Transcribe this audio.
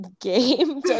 game